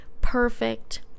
perfect